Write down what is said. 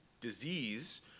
disease